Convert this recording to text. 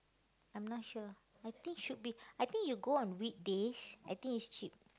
I'm not sure I think should be I think you go on weekdays I think is cheap